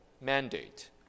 mandate